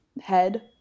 head